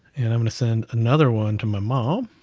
and i'm gonna send another one to my mom.